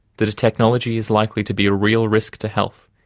that a technology is likely to be a real risk to health,